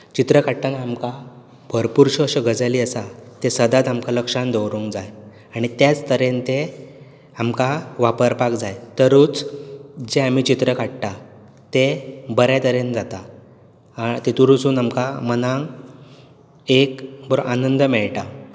चित्रां काडटना आमकां भरपूरश्यो अश्यो गजाली आसात त्यो सदांच लक्षांत दवरूंक जाय आनी त्याच तरेन ते आमकां वापरपाक जाय तरूच जें आमी चित्रां काडटात तें बरें तरेन जाता तितूनसून आमकां मनाक एक बरो आनंद मेळटा